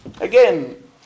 Again